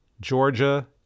Georgia